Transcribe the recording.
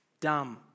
dumb